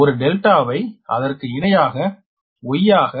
எனவே ஒரு ∆ ஐ அதற்கு இணையான Y யாக